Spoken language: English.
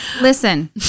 listen